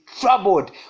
Troubled